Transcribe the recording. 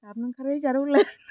गाबनो ओंखारोहाय जारौ रायलायनांला